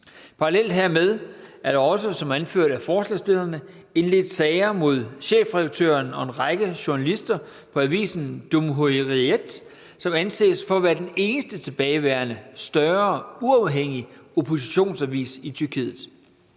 Parallelt hermed er der også, som anført af forslagsstillerne, indledt sager mod chefredaktøren og en række journalister på avisen Hürriyet, som anses for at være den eneste tilbageværende større uafhængige oppositionsavis i Tyrkiet.